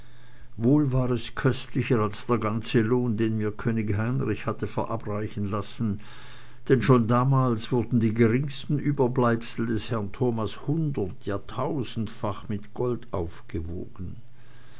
wohl war es köstlicher als der ganze lohn den mir könig heinrich hatte verabreichen lassen denn schon damals wurden die geringsten überbleibsel des herrn thomas hundert ja tausendfach mit gold aufgewogen